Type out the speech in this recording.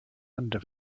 under